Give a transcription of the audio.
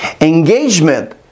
Engagement